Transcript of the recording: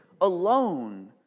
alone